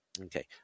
okay